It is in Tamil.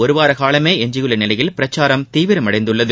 ஒருவார காலமே எஞ்சியுள்ள நிலையில் பிரச்சாரம் தீவிரமடைந்துள்ளது